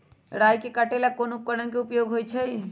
राई के काटे ला कोंन उपकरण के उपयोग होइ छई?